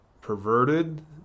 perverted